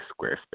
Squarespace